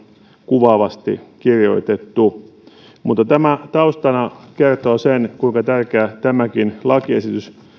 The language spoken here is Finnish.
kuvaavasti kirjoitettu tämä taustana kertoo sen kuinka tärkeä tämäkin lakiesitys